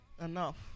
enough